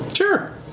Sure